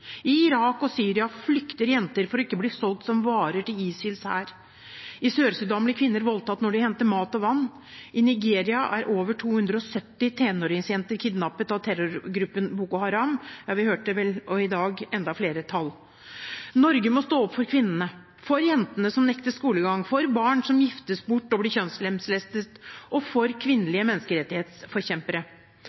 I Irak og Syria flykter jenter for ikke å bli solgt som varer til ISILs hær. I Sør-Sudan blir kvinner voldtatt når de henter mat og vann. I Nigeria er over 270 tenåringsjenter kidnappet av terrorgruppen Boko Haram – vi hørte vel i dag enda flere tall. Norge må stå opp for kvinnene, for jentene som nektes skolegang, for barn som giftes bort og blir kjønnslemlestet, og for kvinnelige menneskerettighetsforkjempere.